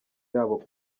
yabo